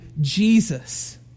jesus